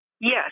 Yes